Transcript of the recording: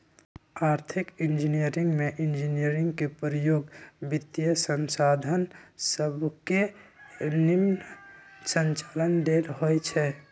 आर्थिक इंजीनियरिंग में इंजीनियरिंग के प्रयोग वित्तीयसंसाधन सभके के निम्मन संचालन लेल होइ छै